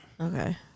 Okay